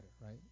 right